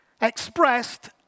expressed